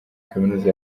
kaminuza